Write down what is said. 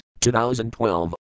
2012